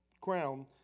crown